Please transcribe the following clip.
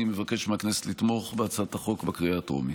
אני מבקש מהכנסת לתמוך בהצעת החוק בקריאה הטרומית.